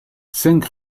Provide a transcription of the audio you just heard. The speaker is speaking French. cinq